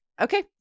Okay